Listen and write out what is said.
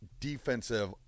defensive